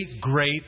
great